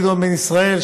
גדעון בן-ישראל,